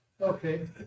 Okay